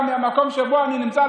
גם מהמקום שבו אני נמצא,